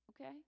Okay